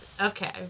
Okay